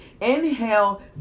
Inhale